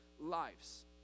lives